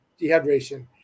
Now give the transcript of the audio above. dehydration